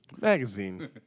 Magazine